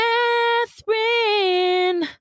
Catherine